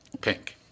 Pink